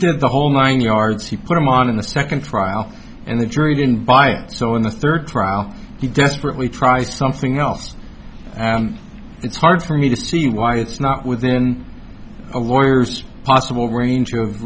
did the whole nine yards he put him on in the second trial and the jury didn't buy it so in the third trial he desperately tries something else and it's hard for me to see why it's not within a warrior's possible range of